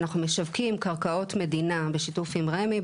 אנחנו משווקים קרקעות מדינה בשיתוף עם רמ"י,